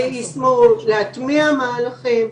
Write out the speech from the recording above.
להטמיע מהלכים.